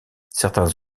certains